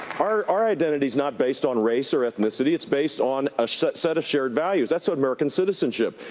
our our identity is not based on race or ethnicity, it's based on a set set of shared values. that's american citizenship.